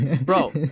Bro